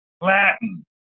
Latin